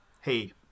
hey